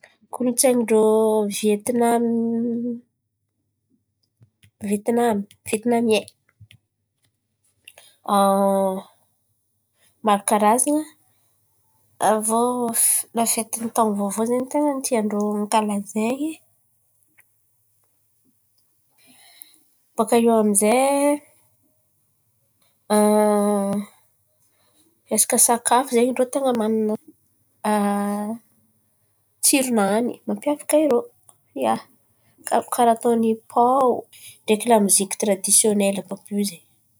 Kolontsain̈y ndrô Vientinamo, Vetinamo Vetinamia, maro karazan̈a, avô lafety taôn̈o vôvô zen̈y ten̈a tian-drô ankalazan̈y. Baka iô amijay resaka sakafo zen̈y irô ten̈a manana tsiro nany mampiavaka irô. Ia, karà karà atôny pô ndreky lamoziky tiradisonely àby io zen̈y.